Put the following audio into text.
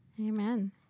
Amen